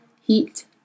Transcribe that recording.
heat